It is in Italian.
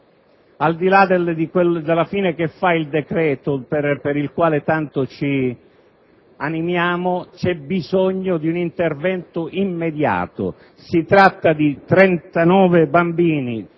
al di là della fine che fa il decreto per il quale tanto ci animiamo, ci sia bisogno di un intervento immediato. Si tratta di 39 bambini